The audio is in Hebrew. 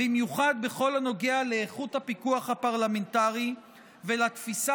במיוחד בכל הנוגע לאיכות הפיקוח הפרלמנטרי ולתפיסה